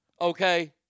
Okay